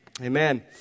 Amen